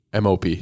MOP